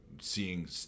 seeing